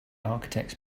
architects